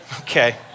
Okay